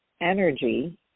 energy